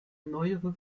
neuere